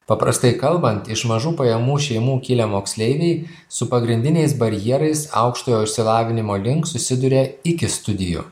paprastai kalbant iš mažų pajamų šeimų kilę moksleiviai su pagrindiniais barjerais aukštojo išsilavinimo link susiduria iki studijų